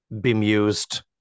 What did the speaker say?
bemused